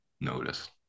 notice